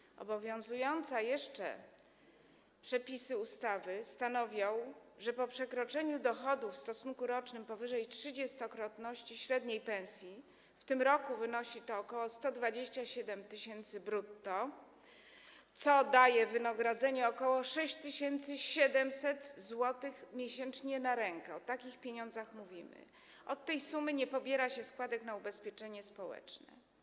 Jeszcze obowiązujące przepisy ustawy stanowią, że po przekroczeniu dochodów w stosunku rocznym powyżej trzydziestokrotności średniej pensji, w tym roku wynosi to ok. 127 tys. brutto, co daje wynagrodzenie ok. 6700 zł miesięcznie na rękę, o takich pieniądzach mówimy, od tej sumy nie pobiera się składek na ubezpieczenie społeczne.